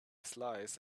slice